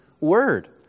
Word